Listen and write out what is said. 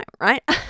right